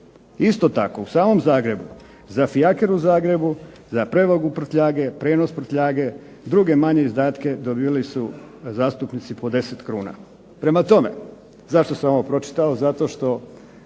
Isto tako u samom Zagrebu, za fijaker u Zagrebu, za prijevoz prtljage druge male izdatke dobivali su zastupnici po 10 kruna. Prema tome, zašto sam ovo pročitao zato što